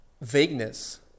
vagueness